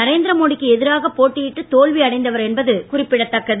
நரேந்திர மோடிக்கு எதிராக போட்டியிட்டு தோல்வியடைந்தவர் என்பது குறிப்பிடத்தக்கது